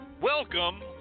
Welcome